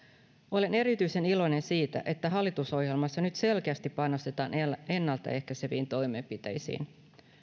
olen erityisen iloinen siitä että hallitusohjelmassa nyt selkeästi panostetaan ennaltaehkäiseviin toimenpiteisiin